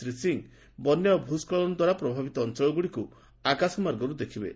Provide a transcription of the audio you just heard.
ଶ୍ରୀ ସିଂ ବନ୍ୟା ଓ ଭୂସ୍କଳନ ଦ୍ୱାରା ପ୍ରଭାବିତ ଅଞ୍ଚଳଗୁଡ଼ିକୁ ଆକାଶମାର୍ଗରୁ ଦେଖିବେ